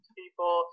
people